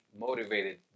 motivated